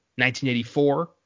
1984